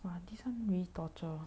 !wah! this one really torture